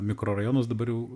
mikrorajonus dabar jau